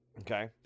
Okay